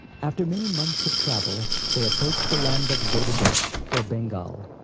after many months of travel, they approached the land of gaudadesh, or bengal.